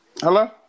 Hello